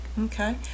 Okay